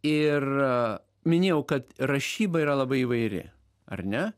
ir minėjau kad rašyba yra labai įvairi ar ne